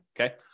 Okay